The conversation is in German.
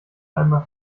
einmal